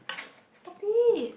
stop it